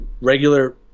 regular